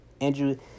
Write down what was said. Andrew